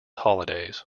holidays